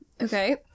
Okay